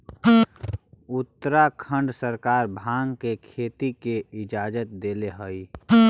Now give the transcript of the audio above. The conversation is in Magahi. उत्तराखंड सरकार भाँग के खेती के इजाजत देले हइ